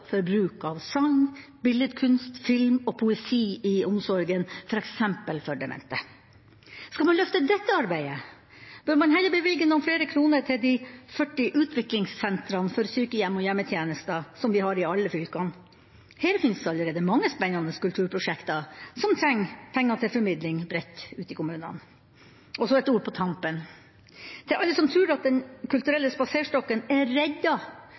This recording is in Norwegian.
for bruk av sang, billedkunst, film og poesi i omsorgen, f.eks. for demente. Skal man løfte dette arbeidet, bør man heller bevilge noen flere kroner til de 40 utviklingssentrene for sykehjem og hjemmetjenester som vi har i alle fylkene. Her fins allerede mange spennende kulturprosjekter som trenger penger til formidling bredt ut i kommunene. Og så et ord på tampen: Til alle som tror at Den kulturelle spaserstokken er